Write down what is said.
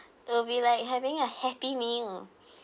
it will be like having a happy meal